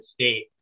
state